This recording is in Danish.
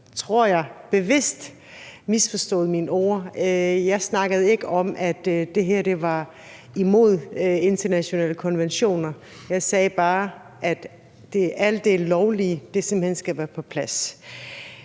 jeg, bevidst misforstod mine ord. Jeg snakkede ikke om, at det her var imod internationale konventioner. Jeg sagde bare, at alt det lovlige simpelt hen skal være på plads.